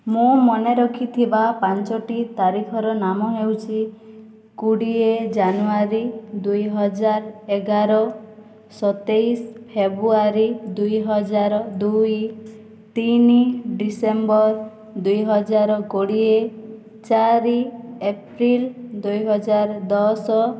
ମୁଁ ମନେ ରଖିଥିବା ପାଞ୍ଚୋଟି ତାରିଖର ନାମ ହେଉଛି କୋଡ଼ିଏ ଜାନୁଆରୀ ଦୁଇ ହଜାର ଏଗାର ସତେଇଶ ଫେବ୍ରୁଆରୀ ଦୁଇ ହଜାର ଦୁଇ ତିନି ଡିସେମ୍ବର ଦୁଇ ହଜାର କୋଡ଼ିଏ ଚାରି ଏପ୍ରିଲ୍ ଦୁଇ ହଜାର ଦଶ